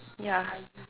yeah